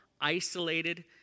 isolated